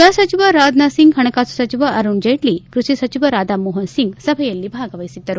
ಗೃಹಸಚಿವ ರಾಜ್ನಾಥ್ ಸಿಂಗ್ ಹಣಕಾಸು ಸಚಿವ ಅರುಣ್ ಜೇಟ್ಲ ಕೃಷಿ ಸಚಿವ ರಾಧಾ ಮೋಹನ್ ಸಿಂಗ್ ಸಭೆಯಲ್ಲಿ ಭಾಗವಹಿಸಿದ್ದರು